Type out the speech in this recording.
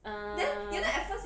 uh